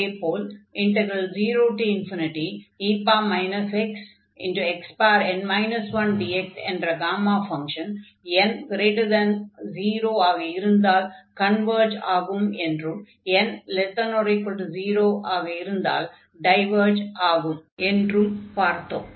அதே போல் 0e xxn 1dx என்ற காமா ஃபங்ஷன் n0 ஆக இருந்தால் கன்வர்ஜ் ஆகும் என்றும் n≤0 ஆக இருந்தால் டைவர்ஜ் ஆகும் என்றும் பார்த்தோம்